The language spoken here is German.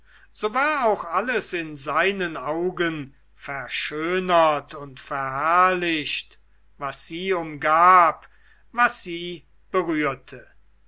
so war auch alles in seinen augen verschönert und verherrlicht was sie umgab was sie berührte